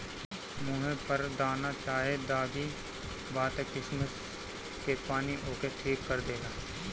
मुहे पर दाना चाहे दागी बा त किशमिश के पानी ओके ठीक कर देला